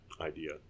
idea